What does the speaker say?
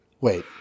Wait